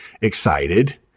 excited